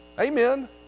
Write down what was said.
Amen